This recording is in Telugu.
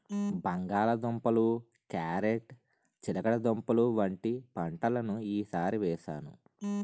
బంగాళ దుంపలు, క్యారేట్ చిలకడదుంపలు వంటి పంటలను ఈ సారి వేసాను